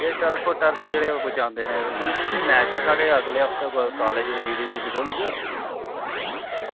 ते एह् turf turf जेह्ड़े बिछांदे न एह् मैच ऐ साढ़े कॉलेज़ च